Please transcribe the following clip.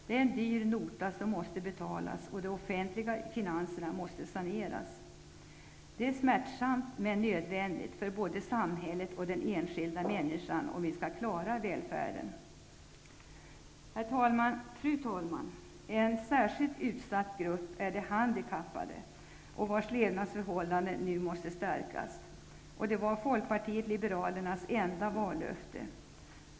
Det är en dyr nota som måste betalas. Dessutom måste de offentliga finanserna saneras. Det är smärtsamt men nödvändigt för både samhället och den enskilda människan om vi skall klara välfärden. Fru talman! En särskilt utsatt grupp utgör de handikappade, vars levandsförhållanden nu måste förbättras -- det var Folkpartiet liberalernas enda vallöfte.